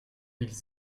ils